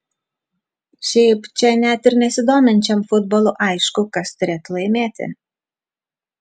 šiaip čia net ir nesidominčiam futbolu aišku kas turėtų laimėti